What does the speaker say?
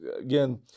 again